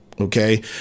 Okay